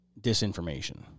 disinformation